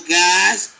guys